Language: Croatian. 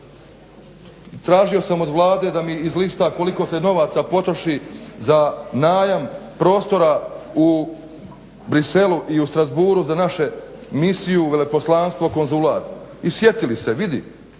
Tražio sam od Vlade da mi izlista koliko se novaca potroši za najam prostora u Bruxellesu i u Strasbourgu za našu misiju, veleposlanstvo, konzulat. I sjetili se, vidi